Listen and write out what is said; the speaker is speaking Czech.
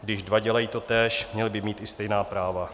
Když dva dělají totéž, měli by mít i stejná práva.